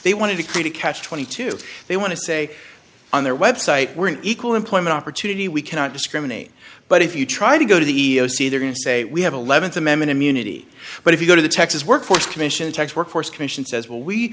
they wanted to create a catch twenty two they want to say on their website we're an equal employment opportunity we cannot discriminate but if you try to go to the e e o c they're going to say we have th amendment immunity but if you go to the texas workforce commission checks workforce commission says well we